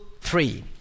three